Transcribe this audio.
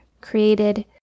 created